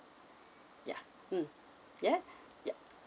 ya mm yeah ya